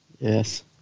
Yes